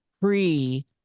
pre